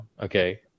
Okay